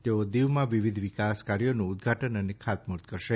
તેઓ દીવમાં વિવિધ વિકાસકાર્યોનું ઉદધાટન અને ખાતમુહુર્ત કરશે